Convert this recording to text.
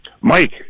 Mike